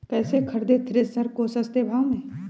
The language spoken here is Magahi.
कैसे खरीदे थ्रेसर को सस्ते भाव में?